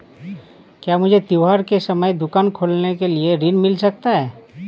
क्या मुझे त्योहार के समय दुकान खोलने के लिए ऋण मिल सकता है?